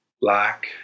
black